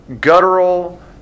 guttural